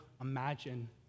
imagine